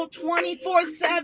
24-7